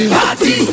party